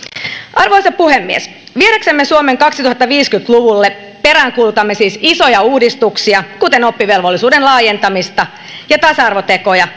arvoisa puhemies viedäksemme suomen kaksituhattaviisikymmentä luvulle peräänkuulutamme siis isoja uudistuksia kuten oppivelvollisuuden laajentamista ja tasa arvotekoja